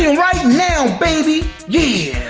you know right now baby! yeah!